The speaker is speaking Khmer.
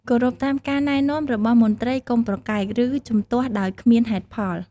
គោរពតាមការណែនាំរបស់មន្ត្រីកុំប្រកែក ឬជំទាស់ដោយគ្មានហេតុផល។